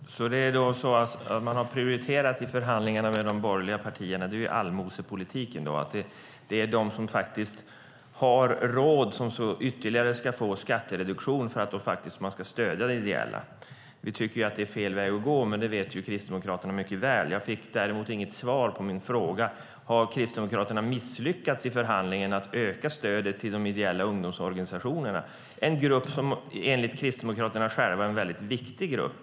Herr talman! Man har alltså prioriterat allmosepolitiken i förhandlingarna med de borgerliga partierna. Det är de som har råd som ytterligare ska få skattereduktion för att de ska stödja det ideella. Vi tycker att det är fel väg att gå, men det vet Kristdemokraterna mycket väl. Jag fick inget svar på min fråga: Har Kristdemokraterna misslyckats i förhandlingarna om att öka stödet till de ideella ungdomsorganisationerna - en grupp som enligt Kristdemokraterna själva är en viktig grupp?